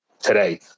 today